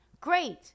great